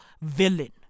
villain